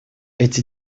эти